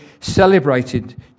celebrated